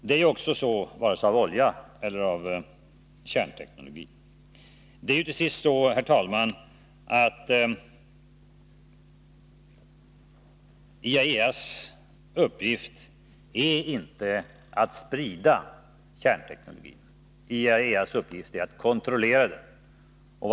Det gäller både olja och kärnteknologi. Det är precis så, herr talman, att IAEA:s uppgift inte är att sprida kärnteknologi. IAEA:s uppgift är att kontrollera den.